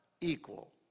equal